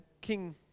King